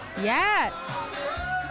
Yes